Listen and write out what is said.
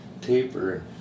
taper